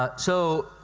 ah so,